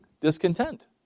discontent